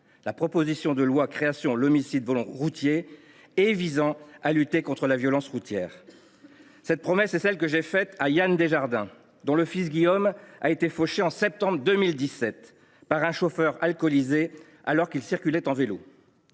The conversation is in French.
la proposition de loi créant l’homicide routier et visant à lutter contre la violence routière. Cette promesse est celle que j’ai faite à Yann Desjardins, dont le fils Guillaume a été fauché en septembre 2017 par un chauffard alcoolisé alors qu’il circulait à vélo.